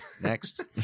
next